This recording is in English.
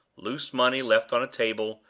loose money left on a table,